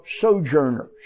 sojourners